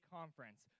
Conference